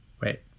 Wait